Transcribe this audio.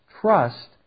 trust